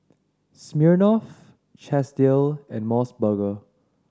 Smirnoff Chesdale and Mos Burger